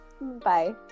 bye